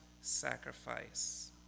sacrifice